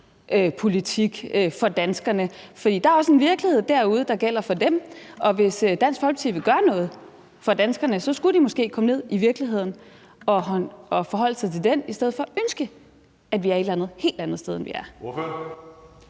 politik for danskerne, for der er også en virkelighed derude, der gælder for dem, og hvis Dansk Folkeparti vil gøre noget for danskerne, skulle de måske komme ned i virkeligheden og forholde sig til den i stedet for at ønske, at vi var et eller andet helt andet sted, end vi er.